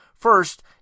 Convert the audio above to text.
First